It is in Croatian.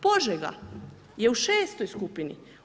Požega je u šestoj skupini.